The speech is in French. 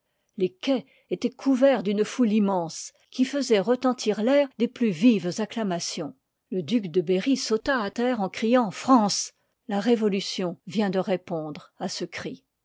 les quais étoient couverts d'une foule immense qui faisoit retentir l'air des plus vives acclamations le duc de berry sauta à terre en criant france la révolution vient de répondre à ce cri